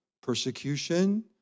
persecution